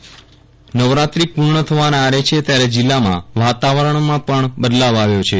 વિરલ રાણા હવામાન નવરાત્રી પૂર્ણ થવાના આરે છે ત્યારે જિલ્લામાં વાતાવરણમાં પણ બદલાવ આવ્યો છે